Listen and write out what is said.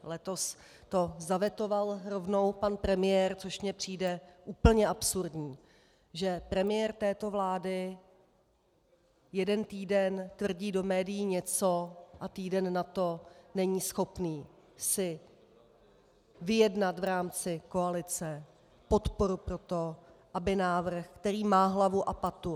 Letos to zavetoval rovnou pan premiér, což mi přijde úplně absurdní, že premiér této vlády jeden týden tvrdí do médií něco a týden nato není schopný si vyjednat v rámci koalice podporu pro to, aby prošel návrh, který má hlavu a patu.